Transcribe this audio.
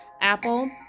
Apple